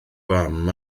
fam